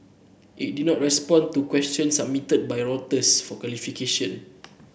it did not respond to questions submitted by Reuters for clarification